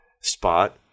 spot